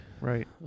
Right